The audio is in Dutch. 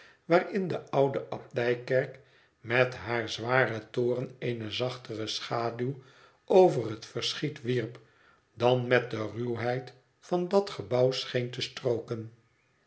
waarin de oude abdijkerk met haar zwaren toren eene zachtere schaduw over het verschiet wierp dan met de ruwheid van dat gebouw scheen te strooken